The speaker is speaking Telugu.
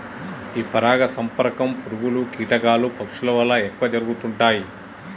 ఈ పరాగ సంపర్కం పురుగులు, కీటకాలు, పక్షుల వల్ల ఎక్కువ జరుగుతుంటాయి